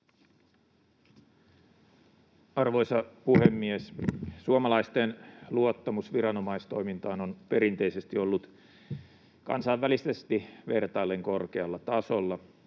Arvoisa puhemies! Suomalaisten luottamus viranomaistoimintaan on perinteisesti ollut kansainvälisesti vertaillen korkealla tasolla,